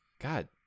God